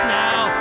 now